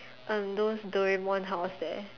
um those Doraemon house there